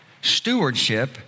stewardship